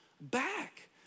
back